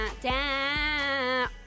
Down